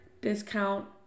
discount